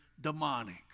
demonic